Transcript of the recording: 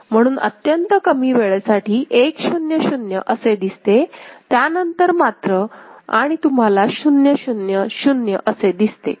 म्हणून अत्यंत कमी वेळेसाठी 1 0 0 असे दिसते त्यानंतर मात्र आणि तुम्हाला 0 0 0 असे दिसते